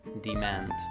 demand